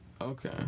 Okay